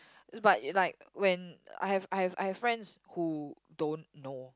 but like when I have I have I have friends who don't know